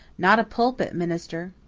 not a pulpit minister.